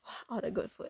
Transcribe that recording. all the good food